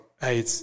Hey